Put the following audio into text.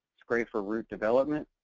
it's great for root development,